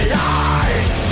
lies